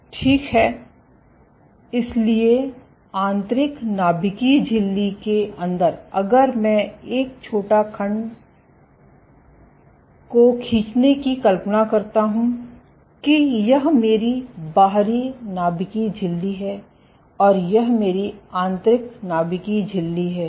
ठीक है इसलिए आंतरिक नाभिकीय झिल्ली के अंदर अगर मैं एक छोटा खंड को खींचने की कल्पना करता हूँ कि यह मेरी बाहरी नाभिकीय झिल्ली है और यह मेरी आंतरिक नाभिकीय झिल्ली है